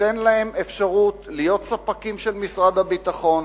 ניתן להם אפשרות להיות ספקים של משרד הביטחון,